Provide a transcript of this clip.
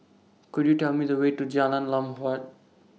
Could YOU Tell Me The Way to Jalan Lam Huat